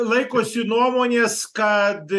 laikosi nuomonės kad